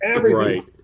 Right